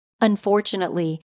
Unfortunately